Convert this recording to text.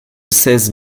seize